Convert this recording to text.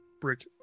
brick